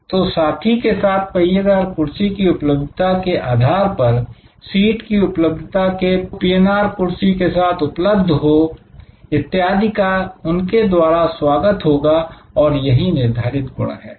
तो साथी के साथ पहिए दार कुर्सी की उपलब्धता के आधार पर सीट की उपलब्धता जो पीएनआर कुर्सी के साथ उपलब्ध हो इत्यादि का उनके द्वारा स्वागत होगा और यही निर्धारित गुण है